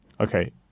Okay